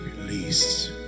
Release